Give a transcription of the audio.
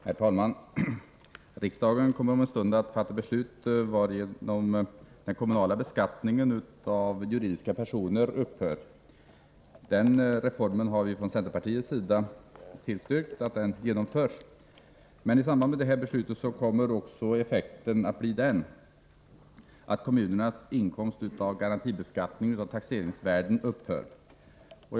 Herr talman! Riksdagen kommer om en stund att fatta beslut varigenom rätten för kommun att beskatta juridiska personer kommer att upphöra. Vi i centern har tillstyrkt att den reformen genomförs. I samband med detta beslut kommer emellertid effekten också att bli, att kommunernas inkomst av garantibeskattning kommer att upphöra.